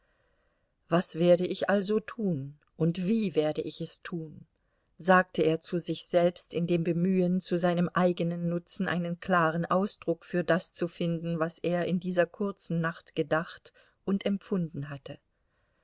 was werde ich also tun und wie werde ich es tun sagte er zu sich selbst in dem bemühen zu seinem eigenen nutzen einen klaren ausdruck für das zu finden was er in dieser kurzen nacht gedacht und empfunden hatte